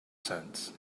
sense